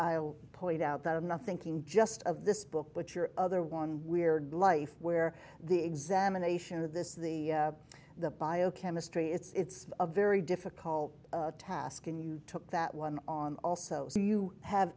i'll point out that i'm not thinking just of this book but your other one weird life where the examination of this the the biochemistry it's a very difficult task and you took that one on also so you have